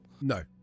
No